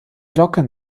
login